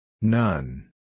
None